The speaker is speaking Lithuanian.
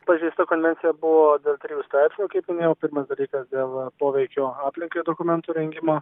pažeista konvencija buvo dėl trijų straipsnių kaip minėjau pirmas dalykas vėl poveikio aplinkai dokumentų rengimo